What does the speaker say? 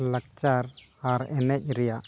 ᱞᱟᱠᱪᱟᱨ ᱟᱨ ᱮᱱᱮᱡ ᱨᱮᱭᱟᱜ